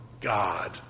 God